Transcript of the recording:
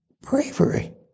bravery